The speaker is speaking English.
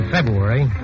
February